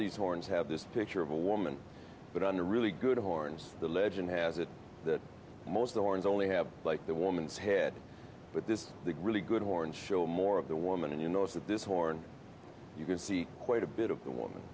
these horns have this picture of a woman but on a really good horns the legend has it that most of the horns only have like the woman's head but this is the really good horn show more of the woman and you notice that this horn you can see quite a bit of the woman